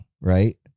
right